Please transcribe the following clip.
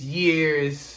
years